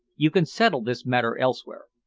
you can settle this matter elsewhere.